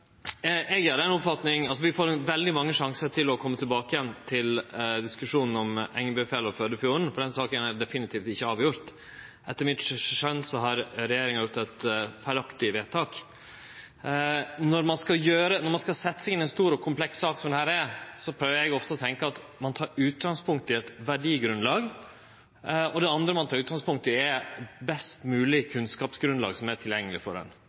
Vi får veldig mange sjansar til å kome tilbake til diskusjonen om Engebøfjellet og Førdefjorden, for den saka er definitivt ikkje avgjord. Etter mitt skjøn har regjeringa gjort eit feilaktig vedtak. Når ein skal setje seg inn i ei så stor og kompleks sak som dette er, prøver eg ofte å tenkje at ein for det første må ta utgangspunkt i eit verdigrunnlag, og det andre ein må ta utgangspunkt i, er det best moglege kunnskapsgrunnlaget som er tilgjengeleg for ein.